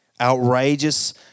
Outrageous